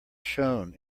shone